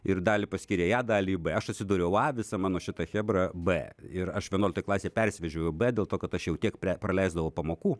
ir dalį paskyrė į a dalį į b aš atsidūriau a visa mano šita chebra b ir aš vienuoliktoj klasėj persivežiau į b dėl to kad aš jau tiek pre praleisdavau pamokų